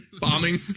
Bombing